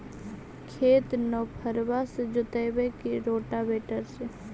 खेत नौफरबा से जोतइबै की रोटावेटर से?